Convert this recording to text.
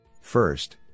First